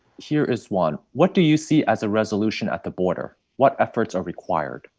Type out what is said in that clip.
here is one. what do you see as a resolution at the border? what efforts are required?